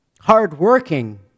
hardworking